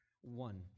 one